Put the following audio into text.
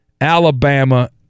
Alabama